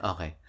Okay